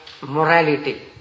morality